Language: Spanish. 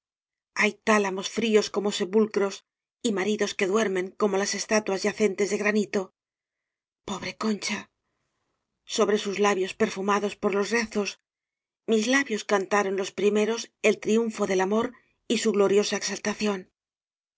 hay tálamos fríos como los sepulcros y maridos que duermen como las estatuas yacentes de granito po bre concha sobre sus labios perfumados por los rezos mis labios cantaron los prime ros el triunfo del amor y su gloriosa exalta